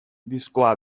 diskoa